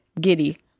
giddy